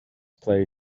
play